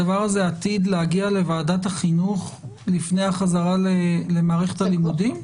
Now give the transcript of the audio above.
האם הדבר הזה עתיד להגיע לוועדת החינוך לפני החזרה למערכת הלימודים?